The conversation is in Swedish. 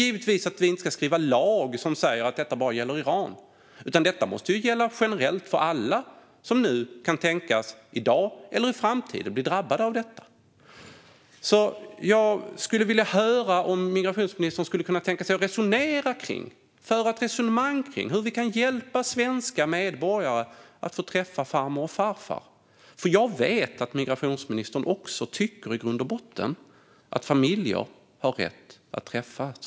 Givetvis ska vi inte stifta en lag som säger att detta bara gäller Iran, utan det måste gälla alla som i dag eller i framtiden drabbas av detta. Kan migrationsministern tänka sig att föra ett resonemang om hur vi kan hjälpa svenska medborgare att få träffa farmor och farfar? Jag vet att också migrationsministern i grund och botten tycker att familjer har rätt att träffas.